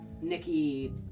Nikki